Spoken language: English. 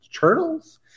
turtles